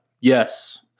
Yes